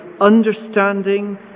understanding